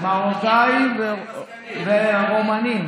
מרוקאים ורומנים.